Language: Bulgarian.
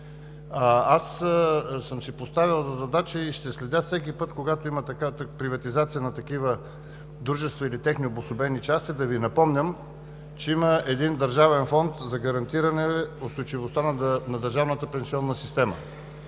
Аз съм си поставил за задача и ще следя всеки път, когато има приватизация на такива дружества или техни обособени части, да Ви напомням, че има един Държавен фонд за гарантиране устойчивостта на държавната пенсионна система